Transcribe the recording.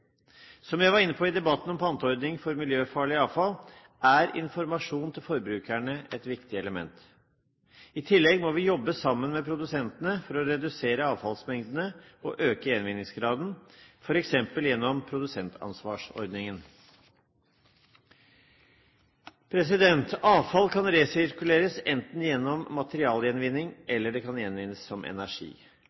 Som jeg var inne på i debatten om panteordning for miljøfarlig avfall, er informasjon til forbrukerne et viktig element. I tillegg må vi jobbe sammen med produsentene for å redusere avfallsmengdene og øke gjenvinningsgraden, f.eks. gjennom produsentansvarsordningen. Avfall kan resirkuleres gjennom materialgjenvinning eller det kan gjenvinnes som energi.